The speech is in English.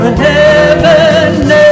heaven